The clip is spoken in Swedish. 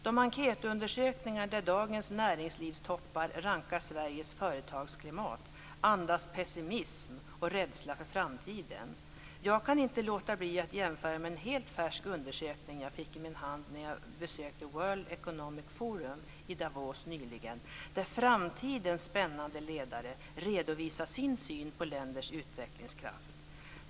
De enkätundersökningar där dagens näringslivstoppar rankar Sveriges företagsklimat andas pessimism och rädsla för framtiden. Jag kan inte låta bli att jämföra med en helt färsk undersökning jag fick i min hand när jag besökte World Economic Forum i Davos nyligen där framtidens spännande ledare redovisade sin syn på länders utvecklingskraft.